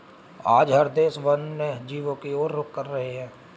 आज हर देश वन्य जीवों की और रुख कर रहे हैं